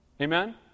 Amen